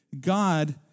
God